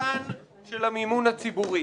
החמצן של המימון הציבורי.